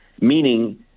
meaning